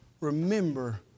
remember